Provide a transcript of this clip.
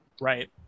right